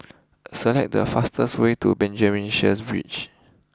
select the fastest way to Benjamin Sheares Bridge